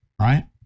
right